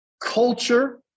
culture